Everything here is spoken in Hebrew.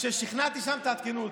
כששכנעתי שם תעדכנו אותי.